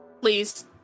Please